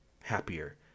happier